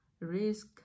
Risk